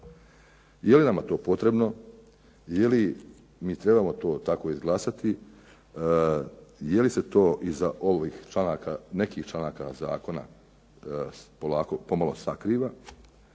Jeli nama to potrebno, jeli mi to trebamo tako izglasati, jeli se to iza ovih nekih članaka zakona pomalo sakriva,